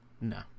No